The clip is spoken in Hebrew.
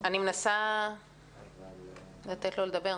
אני מנסה לתת לו לדבר.